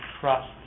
Trust